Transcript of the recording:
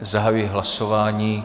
Zahajuji hlasování.